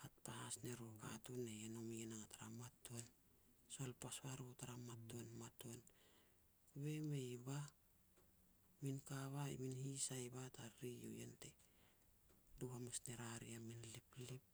hat panahas ne ru katun ne heh nome tar matuan. Sol pas waru tar matuan, matuan. Kova e mei bah, min ka bah, min hisai bah tariri eiau yen te lu hamas ne ria ri a min liplip.